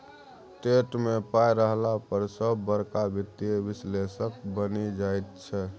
TET मे पाय रहला पर सभ बड़का वित्तीय विश्लेषक बनि जाइत छै